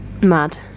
Mad